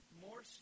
more